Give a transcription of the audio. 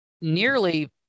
nearly